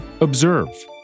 observe